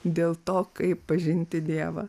dėl to kaip pažinti dievą